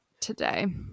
today